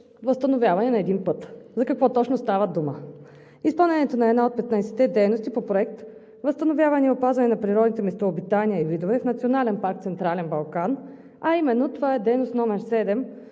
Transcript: възстановяване на един път. За какво точно става дума? Изпълнението на една от 15-те дейности по Проект „Възстановяване и опазване на природните местообитания и видове“ в Национален парк „Централен